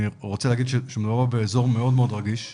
אני רוצה להגיד שמדובר באזור מאוד מאוד רגיש.